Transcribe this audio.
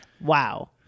Wow